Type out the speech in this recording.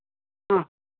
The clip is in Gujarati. હ